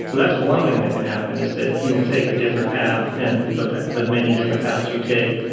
so that's one thing that can happen is that you'll take a different path and the the many different paths you take,